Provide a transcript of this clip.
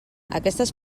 aquestes